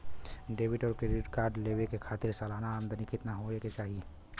Debit और credit card लेवे के खातिर सलाना आमदनी कितना हो ये के चाही?